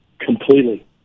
Completely